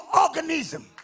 organism